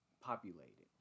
populated